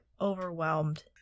overwhelmed